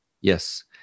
Yes